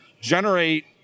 generate